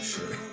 sure